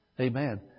Amen